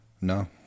no